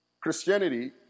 Christianity